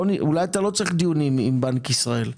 אולי אתה לא צריך דיונים עם בנק ישראל.